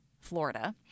Florida